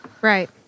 Right